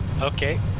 Okay